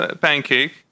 pancake